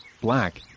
black